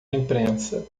imprensa